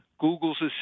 Google's